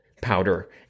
powder